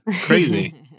Crazy